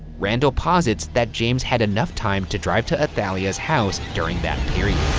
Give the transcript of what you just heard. randall posits that james had enough time to drive to athalia's house during that period.